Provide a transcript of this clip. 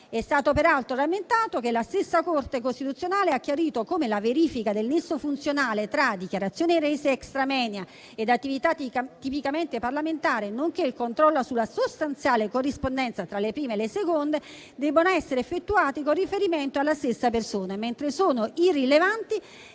È stato peraltro rammentato che la stessa Corte costituzionale ha chiarito come la verifica del nesso funzionale tra dichiarazioni rese *extra moenia* ed attività tipicamente parlamentare, nonché il controllo sulla sostanziale corrispondenza tra le prime e le seconde, debbano essere effettuati con riferimento alla stessa persona, mentre sono irrilevanti